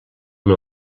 amb